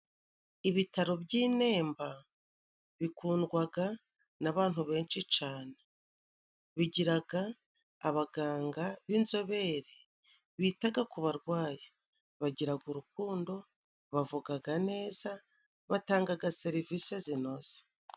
Ibitaro by' i Nemba bikundwaga n'abantu benshi cane. Bigiraga abaganga b'inzobere bitaga ku barwayi, bagiraga urukundo, bavugaga neza, batangaga serivisi zinoze.